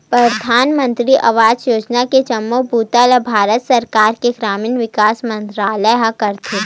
परधानमंतरी आवास योजना के जम्मो बूता ल भारत सरकार के ग्रामीण विकास मंतरालय ह करथे